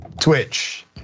Twitch